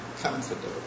comfortable